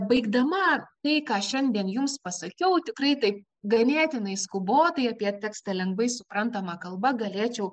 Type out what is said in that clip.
baigdama tai ką šiandien jums pasakiau tikrai taip ganėtinai skubotai apie tekstą lengvai suprantama kalba galėčiau